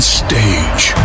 stage